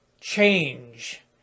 change